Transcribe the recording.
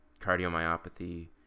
cardiomyopathy